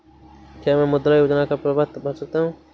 क्या मैं मुद्रा योजना का प्रपत्र भर सकता हूँ?